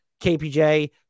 KPJ